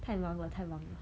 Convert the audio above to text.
太忙了太忙了